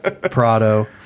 Prado